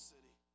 city